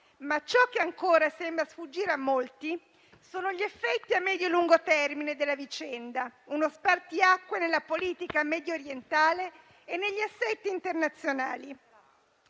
ma ciò che ancora sembra sfuggire a molti sono gli effetti a medio e lungo termine della vicenda: uno spartiacque nella politica mediorientale e negli assetti internazionali.